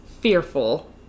fearful